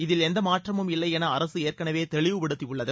இதில் எந்த மாற்றமும் இல்லை என அரசு ஏற்கனவே தெளிவுபடுத்தியுள்ளது